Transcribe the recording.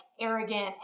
arrogant